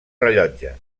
rellotge